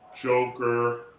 Joker